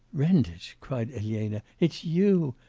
renditch! cried elena, it's you!